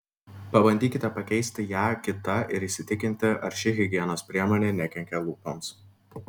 pabandykite pakeisti ją kita ir įsitikinti ar ši higienos priemonė nekenkia lūpoms